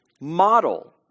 model